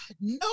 no